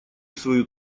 свою